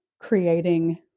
creating